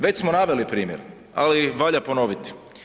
Već smo naveli primjer, ali valja ponoviti.